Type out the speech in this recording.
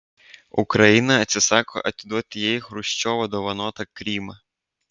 ukraina atsisako atiduoti jai chruščiovo dovanotą krymą